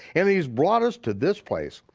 and he's brought us to this place,